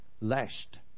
lashed